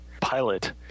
pilot